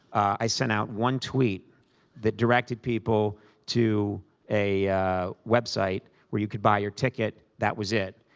i sent out one tweet that directed people to a web site where you could buy your ticket. that was it.